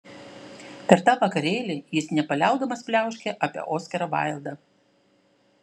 per tą vakarėlį jis nepaliaudamas pliauškė apie oskarą vaildą